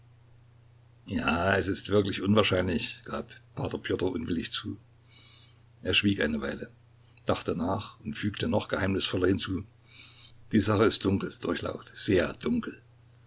ja es ist wirklich unwahrscheinlich gab p pjotr unwillig zu er schwieg eine weile dachte nach und fügte noch geheimnisvoller hinzu die sache ist dunkel durchlaucht sehr dunkel